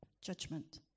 judgment